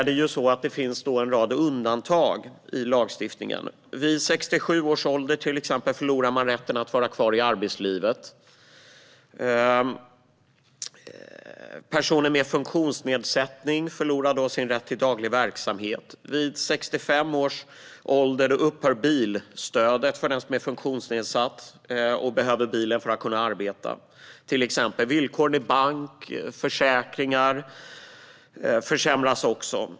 Det finns dock en rad undantag i lagstiftningen. Vid 67 års ålder förlorar man till exempel rätten att vara kvar i arbetslivet. Personer med funktionsnedsättning förlorar då sin rätt till daglig verksamhet. Vid 65 års ålder upphör bilstödet för den som är funktionsnedsatt och behöver bilen för att kunna arbeta. Villkoren när det gäller banker och försäkringar försämras också.